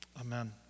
Amen